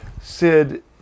Sid